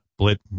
Blit